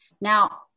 Now